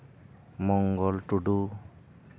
ᱢᱚᱝᱜᱚᱞ ᱴᱩᱰᱩ